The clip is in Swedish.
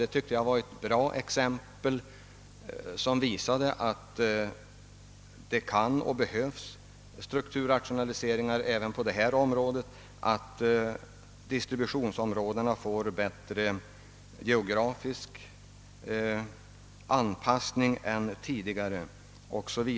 Det tyckte jag var ett bra exempel, som visade att det behövs strukturrationaliseringar även på detta område, att distributionsområdena får bättre geografisk anpassning än tidigare 0. S. Vv.